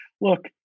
Look